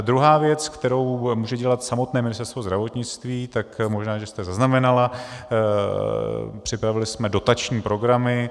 Druhá věc, kterou může dělat samotné Ministerstvo zdravotnictví, tak možná že jste zaznamenala, připravili jsme dotační programy.